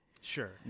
sure